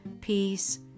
peace